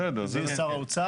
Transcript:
שזה יהיה שר האוצר.